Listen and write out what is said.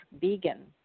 vegan